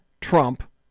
Trump